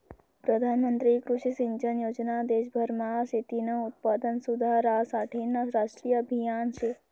प्रधानमंत्री कृषी सिंचन योजना देशभरमा शेतीनं उत्पादन सुधारासाठेनं राष्ट्रीय आभियान शे